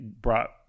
brought